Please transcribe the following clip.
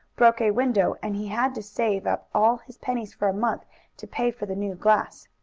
broke a window, and he had to save up all his pennies for a month to pay for the new glass.